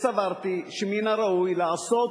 וסברתי שמן הראוי לעשות